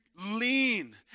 lean